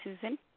Susan